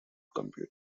computer